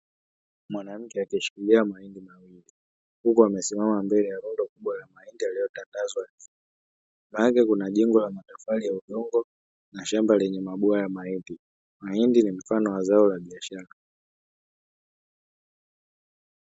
Mwanamke akishikilia mahindi mawili, huku amesimama mbele ya rundo kubwa la mahindi aliyotandazwa, nyuma yake kuna jengo la matofali ya udongo na shamba lenye mabwawa ya mahindi mahindi ni mfano wa zao la biashara.